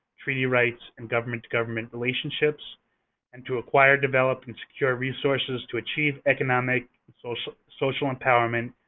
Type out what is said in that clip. treaty rights, and government to government relationships and to acquire, develop, and secure resources to achieve economic, social social empowerment,